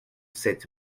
sept